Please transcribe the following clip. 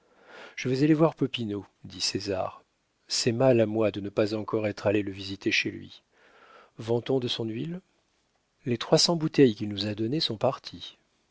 je vais aller voir popinot dit césar c'est mal à moi de ne pas encore être allé le visiter chez lui vend on de son huile les trois cents bouteilles qu'il nous a données sont parties